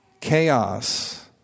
Chaos